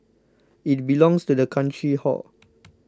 it belongs to the country hor